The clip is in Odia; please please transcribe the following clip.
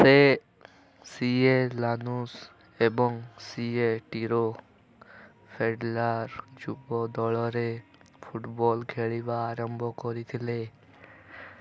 ସେ ସିଏ ଲାନୁସ୍ ଏବଂ ସିଏ ଟିରୋ ଫେଡ଼େରାଲ୍ର ଯୁବ ଦଳରେ ଫୁଟବଲ୍ ଖେଳିବା ଆରମ୍ଭ କରିଥିଲେ